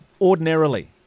Ordinarily